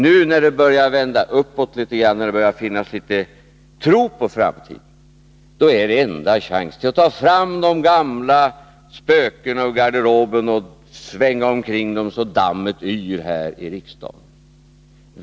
Nu när det börjar vända uppåt litet grand och det börjar finnas en smula tro på framtiden, då är er enda chans att ta fram de gamla spökena ur garderoben och svänga omkring dem, så att dammet yr här i riksdagen.